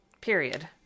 Period